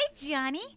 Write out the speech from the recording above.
Johnny